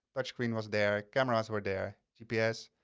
touch screen was there. cameras were there, gps,